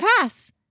pass